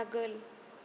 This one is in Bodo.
आगोल